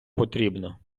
потрібно